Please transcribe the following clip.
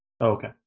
okay